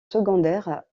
secondaire